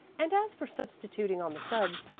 and as for substituting on the subs,